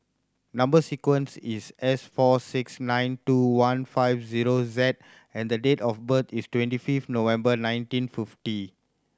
number sequence is S four six nine two one five zero Z and the date of birth is twenty fifth November nineteen fifty